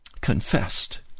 confessed